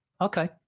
Okay